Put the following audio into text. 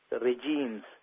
regime's